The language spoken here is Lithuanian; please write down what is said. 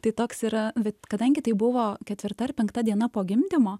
tai toks yra bet kadangi tai buvo ketvirta ar penkta diena po gimdymo